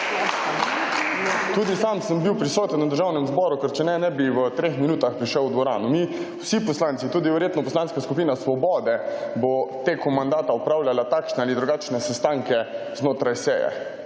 Tudi sam sem bil prisoten v Državnem zboru, ker sicer ne bi v treh minutah prišel v dvorano. Vsi poslanci, verjetno tudi Poslanske skupine Svoboda, bomo tekom mandata opravljali takšne ali drugačne sestanke znotraj seje.